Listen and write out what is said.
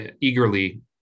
eagerly